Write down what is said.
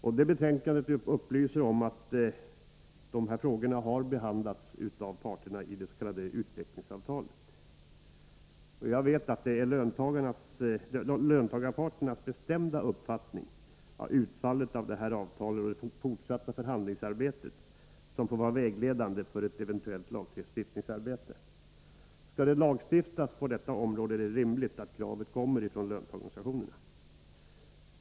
I betänkandet upplyser majoriteten om att de här frågorna har behandlats av parterna i det s.k. utvecklingsavtalet. Jag vet att det är löntagarpartens bestämda uppfattning att utfallet av det här avtalet och det fortsatta förhandlingsarbetet skall vara vägledande för ett eventuellt lagstiftningsarbete. Skall det lagstiftas på detta område är det rimligt att kravet kommer från löntagarorganisationerna.